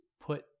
put